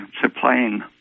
supplying